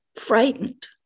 Frightened